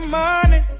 money